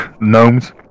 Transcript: Gnomes